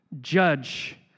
judge